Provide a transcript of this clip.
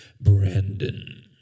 Brandon